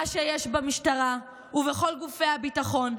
מה שיש במשטרה ובכל גופי הביטחון.